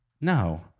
No